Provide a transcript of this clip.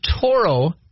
Toro